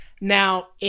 Now